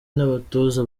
n’abatoza